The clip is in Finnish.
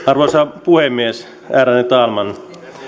arvoisa puhemies ärade talman